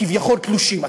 כביכול תלושים.